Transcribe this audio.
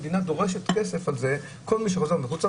המדינה דורשת על כך כסף מכל מי שחוזר מחו"ל,